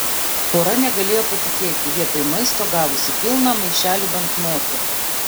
pora negalėjo patikėti vietoj maisto gavusi pilną maišelį banknotų